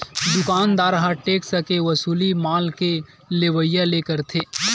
दुकानदार ह टेक्स के वसूली माल के लेवइया ले करथे